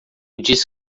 disse